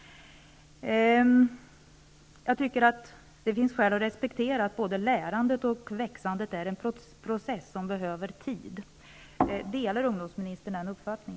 Jag tycker att det finns skäl att respektera att både lärandet och växandet är en process som behöver tid. Delar ungdomsministern denna uppfattning?